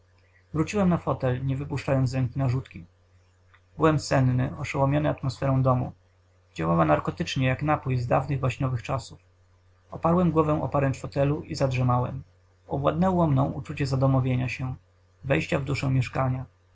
wróciłem na fotel nie wypuszczając z ręki narzutki byłem senny oszołomiony atmosferą domu działała narkotycznie jak napój z dawnych baśniowych czasów oparłem głowę o poręcz fotelu i zadrzemałem owładnęło mną uczucie zadomowienia się wejścia w duszę mieszkania